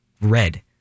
red